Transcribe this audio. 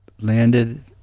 landed